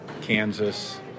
Kansas